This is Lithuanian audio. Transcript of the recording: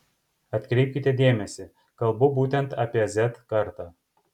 atkreipkite dėmesį kalbu būtent apie z kartą